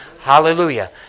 Hallelujah